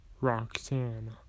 Roxanne